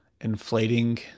inflating